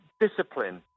Discipline